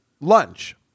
lunch